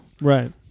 Right